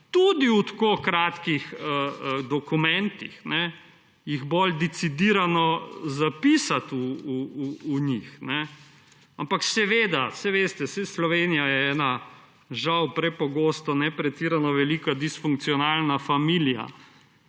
tudi v tako kratkih dokumentih, jih bolj decidirano zapisati v njih. Ampak seveda, saj veste, Slovenija je ena žal prepogosto ne pretirano velika disfunkcionalna familija.